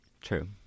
True